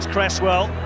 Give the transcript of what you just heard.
Cresswell